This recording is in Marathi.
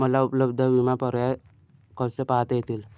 मला उपलब्ध विमा पर्याय कसे पाहता येतील?